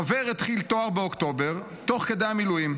חבר התחיל תואר באוקטובר תוך כדי המילואים,